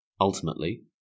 Ultimately